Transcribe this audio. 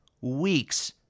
weeks